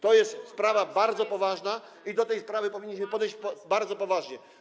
To jest sprawa bardzo poważna i do tej sprawy powinniśmy podejść bardzo poważnie.